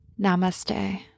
Namaste